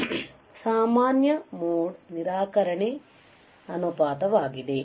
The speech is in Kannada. CMRR ಸಾಮಾನ್ಯ ಮೋಡ್ ನಿರಾಕರಣೆ ಅನುಪಾತವಾಗಿದೆ